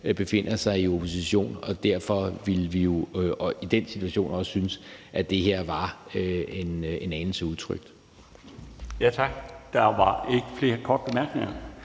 befinder sig i opposition, og der ville vi jo i den situation også synes, at det her var en anelse utrygt. Kl. 16:55 Den fg. formand